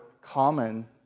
common